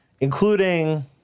including